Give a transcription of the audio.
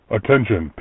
Attention